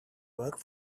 work